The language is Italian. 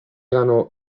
erano